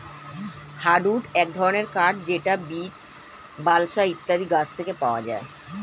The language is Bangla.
হার্ডউড এক ধরনের কাঠ যেটা বীচ, বালসা ইত্যাদি গাছ থেকে পাওয়া যায়